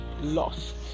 lost